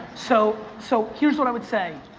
so so here's what i would say,